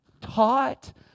taught